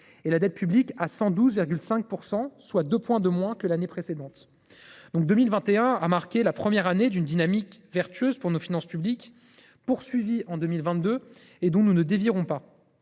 et la dette publique à 112,5 %, soit 2 points de moins que l’année précédente. Ainsi, 2021 a marqué la première année d’une dynamique vertueuse pour nos finances publiques, poursuivie en 2022 et dont nous ne dévierons pas.